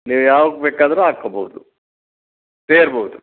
ನೀವು ಯಾವ್ಗ ಬೇಕಾದರೂ ಹಾಕ್ಕೋಬೋದು ಸೇರ್ಬೋದು